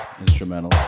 Instrumental